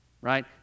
right